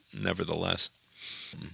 nevertheless